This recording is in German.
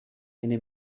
eine